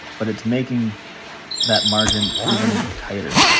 but it's making that margin even tighter.